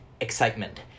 excitement